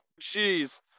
jeez